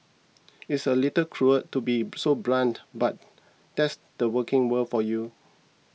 it's a little cruel to be so blunt but that's the working world for you